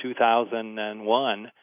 2001